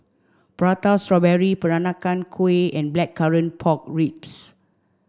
Prata Strawberry Peranakan Kueh and Blackcurrant Pork Ribs